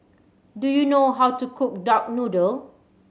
do you know how to cook duck noodle